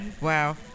Wow